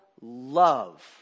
love